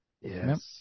Yes